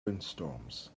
windstorms